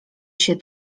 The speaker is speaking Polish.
się